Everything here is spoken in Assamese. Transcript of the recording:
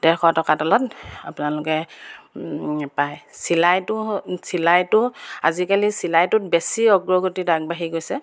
ডেৰশ টকাৰ তলত আপোনালোকে নাপায় চিলাইটো চিলাইটো আজিকালি চিলাইটোত বেছি অগ্ৰগতিত আগবাঢ়ি গৈছে